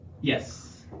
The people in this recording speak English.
Yes